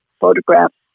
photographs